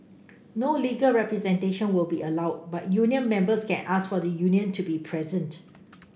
no legal representation will be allowed but union members can ask for the union to be present